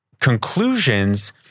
conclusions